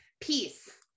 Peace